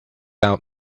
out